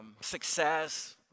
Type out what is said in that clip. success